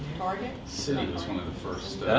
target? citi was one of the first.